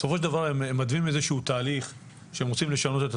בסופו של דבר הם מתווים איזשהו תהליך שהם רוצים לשנות.